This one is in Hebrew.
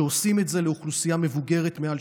שעושים את זה לאוכלוסייה מבוגרת מעל